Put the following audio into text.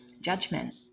judgment